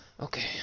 Okay